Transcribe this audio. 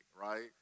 right